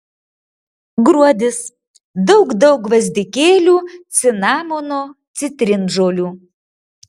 gruodis daug daug gvazdikėlių cinamono citrinžolių